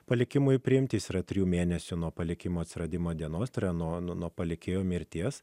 palikimui priimti yra trijų mėnesių nuo palikimo atsiradimo dienos tai yra nuo nuo palikėjo mirties